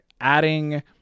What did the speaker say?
adding